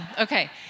Okay